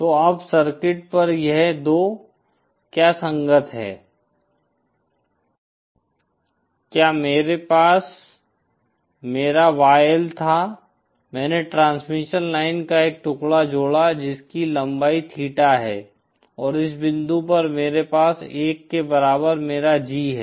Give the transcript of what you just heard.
तो अब सर्किट पर यह 2 क्या संगत है क्या मेरे पास मेरा YL था मैंने ट्रांसमिशन लाइन का एक टुकड़ा जोड़ा जिसकी लंबाई थीटा है और इस बिंदु पर मेरे पास 1 के बराबर मेरा G है